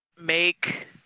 Make